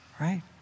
Right